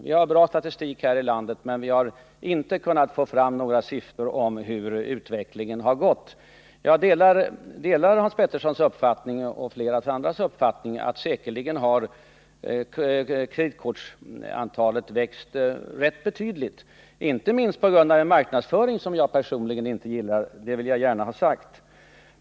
Vi har en bra statistik här i landet, men vi har inte kunnat få fram några siffror beträffande utvecklingen. Jag delar Hans Peterssons och flera andras förmodan att antalet kreditkort växt rätt betydligt, inte minst på grund av den marknadsföring som jag personligen inte gillar — det vill jag gärna ha sagt.